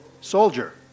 soldier